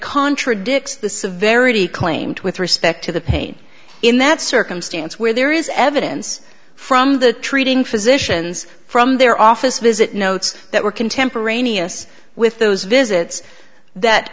contradicts the severity claimed with respect to the pain in that circumstance where there is evidence from the treating physicians from their office visit notes that were contemporaneous with those visits that